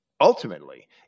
ultimately